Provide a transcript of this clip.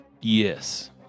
Yes